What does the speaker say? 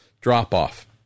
drop-off